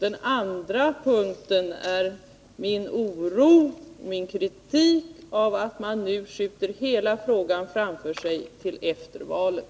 Den andra punkten är min oro för och min kritik av att man nu skjuter hela frågan framför sig till efter valet.